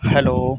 hello